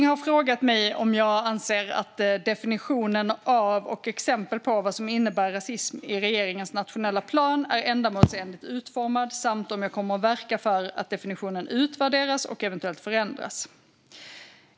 har frågat mig om jag anser att definitionen av och exempel på vad som innebär rasism i regeringens nationella plan är ändamålsenligt utformade samt om jag kommer att verka för att definitionen utvärderas och eventuellt förändras.